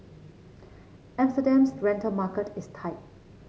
Amsterdam's rental market is tight